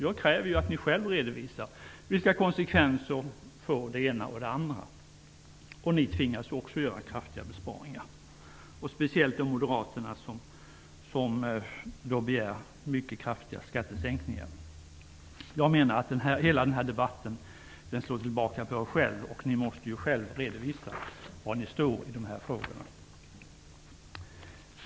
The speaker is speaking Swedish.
Jag kräver att ni själva redovisar vilka konsekvenser det ena och det andra får. Ni tvingas ju också att göra kraftiga besparingar, speciellt Moderaterna som begär mycket kraftiga skattesänkningar. Jag menar att hela den här debatten slår tillbaka på er själva. Ni måste själva redovisa var ni står i de här frågorna.